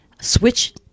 switch